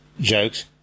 jokes